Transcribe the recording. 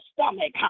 stomach